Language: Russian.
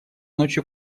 ночью